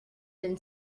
been